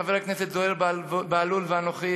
חבר הכנסת זוהיר בהלול ואנוכי